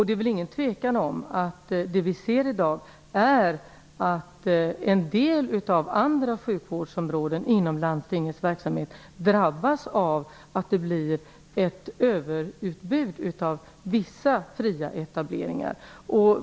Det är inget tvivel om att det vi ser i dag är att en del av andra sjukvårdsområden inom landstingets verksamhet drabbas av att det blir ett överutbud av vissa fria etableringar.